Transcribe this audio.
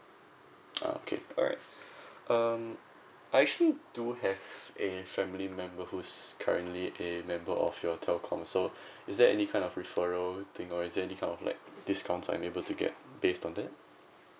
oh okay alright um I actually do have a family member who is currently a member of your telco so is there any kind of referral thing or is there any kind of like discounts I'm able to get based on that